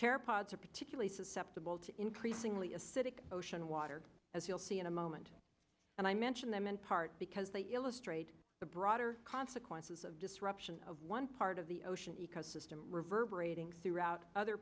care pods are particularly susceptible to increasingly acidic ocean water as you'll see in a moment and i mention them in part because they illustrate the broader consequences of disruption of one part of the ocean ecosystem reverberating throughout other